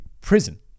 Prison